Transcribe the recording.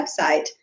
website